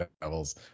Devils